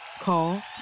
Call